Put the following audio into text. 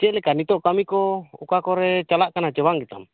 ᱪᱮᱫ ᱞᱮᱠᱟ ᱱᱤᱛᱚᱜ ᱠᱟᱹᱢᱤ ᱠᱚ ᱚᱠᱟᱠᱚᱨᱮ ᱪᱟᱞᱟ ᱠᱟᱱᱟ ᱥᱮ ᱵᱟᱝ ᱜᱮᱛᱟᱢ